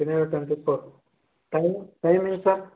January twenty four time timing sir